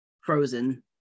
frozen